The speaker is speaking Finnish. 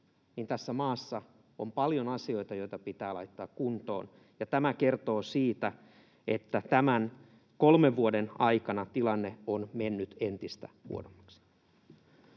tässä maassa on paljon asioita, joita pitää laittaa kuntoon. Ja tämä kertoo siitä, että tämän kolmen vuoden aikana tilanne on mennyt entistä huonommaksi.